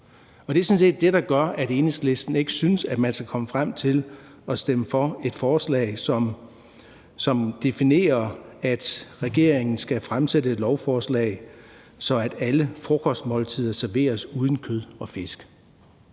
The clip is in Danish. set det, der gør, at Enhedslisten ikke synes, at man skal komme frem til at stemme for et forslag, som definerer, at regeringen skal fremsætte et lovforslag, sådan at alle frokostmåltider serveres uden kød og fisk.